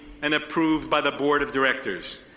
and approved by the board of directors.